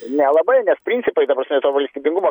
nelabai nes principai ta prasme valstybingumo